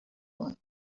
one